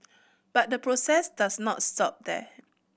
but the process does not stop that